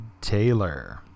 Taylor